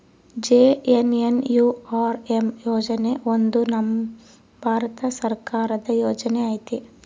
JNNURM ಯೋಜನೆ ಒಂದು ನಮ್ ಭಾರತ ಸರ್ಕಾರದ ಯೋಜನೆ ಐತಿ